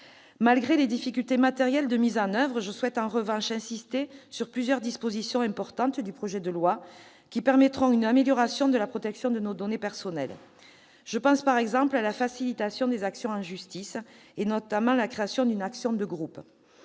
Malgré les difficultés matérielles de mise en oeuvre, je souhaite insister sur plusieurs dispositions importantes du projet de loi qui permettront une amélioration de la protection de nos données personnelles. Je pense, par exemple, à la facilitation des actions en justice, notamment à la création d'une action de groupe.